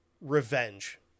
revenge